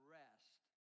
rest